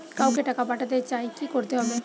কাউকে টাকা পাঠাতে চাই কি করতে হবে?